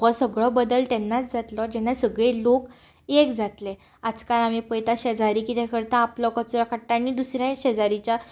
हो सगळो बदल तेन्नाच जातलो जेन्ना सगळे लोक एक जातले आजकाल आमी पयता शेजारी कितें करता आपलो कचरो आनी दुसऱ्या शेजाऱ्याच्या